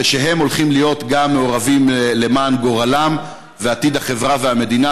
ושהם גם הולכים להיות מעורבים למען גורלם ועתיד החברה והמדינה.